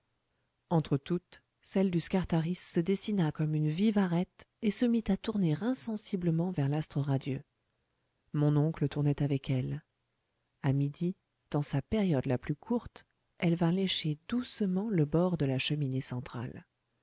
entre toutes celle du scartaris se dessina comme une vive arête et se mit à tourner insensiblement vers l'astre radieux mon oncle tournait avec elle a midi dans sa période la plus courte elle vint lécher doucement le bord de la cheminée centrale